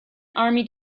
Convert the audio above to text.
army